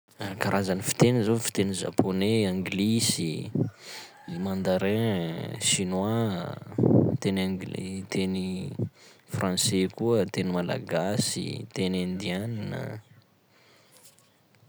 Karazan'ny fiteny zao: fiteny japoney, anglisy, mandarin ain, Chinois a, teny nglais- teny français koa, teny Malagasy, teny indiana.